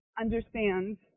understands